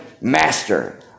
Master